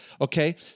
Okay